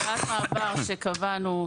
זאת הוראת מעבר שקבענו.